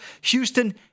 Houston